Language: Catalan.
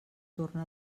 torna